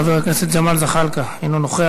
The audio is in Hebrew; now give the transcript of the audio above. חבר הכנסת ג'מאל זחאלקה, אינו נוכח.